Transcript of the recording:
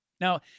Now